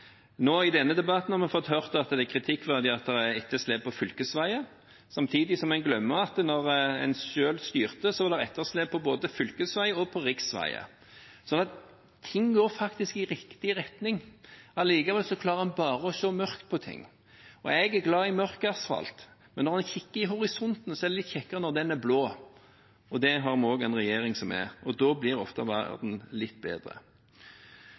I denne debatten har vi fått høre at det er kritikkverdig at det er etterslep på fylkesveier, samtidig som en glemmer at da en selv styrte, var det etterslep på både fylkesveier og riksveier. Ting går faktisk i riktig retning. Allikevel klarer en bare å se mørkt på ting. Jeg er glad i mørk asfalt, men når en kikker mot horisonten, er det litt kjekkere når den er blå. Det har vi også en regjering som er, og da blir verden ofte litt bedre.